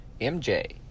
MJ